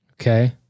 Okay